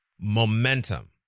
momentum